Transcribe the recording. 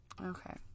Okay